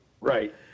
right